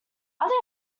other